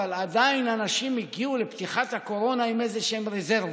אבל עדיין אנשים הגיעו לפתיחת הקורונה עם איזשהם רזרבות,